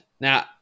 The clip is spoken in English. Now